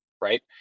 right